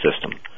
system